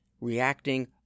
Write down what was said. reacting